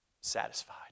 satisfied